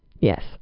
Yes